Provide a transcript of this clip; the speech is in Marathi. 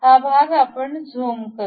हा भाग आपण झूम करू